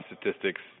statistics